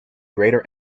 greater